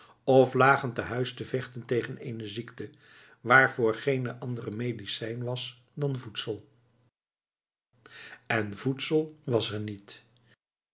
f lagen te huis te vechten tegen eene ziekte waarvoor geene andere medicijn was dan voedsel en voedsel was er niet